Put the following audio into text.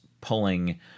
pulling